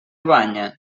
banya